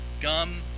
gum